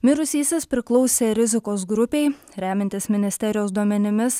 mirusysis priklausė rizikos grupei remiantis ministerijos duomenimis